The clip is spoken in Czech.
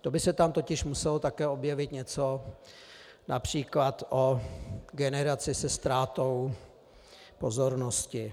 To by se tam totiž muselo také objevit něco např. o generaci se ztrátou pozornosti.